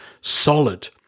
solid